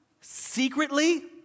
secretly